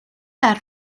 las